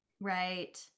Right